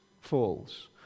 falls